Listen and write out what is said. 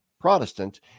Protestant